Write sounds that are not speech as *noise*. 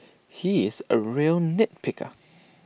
he is A real nit picker *noise*